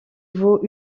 vaut